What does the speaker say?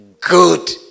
good